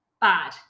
bad